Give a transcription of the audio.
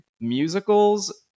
musicals